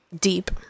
deep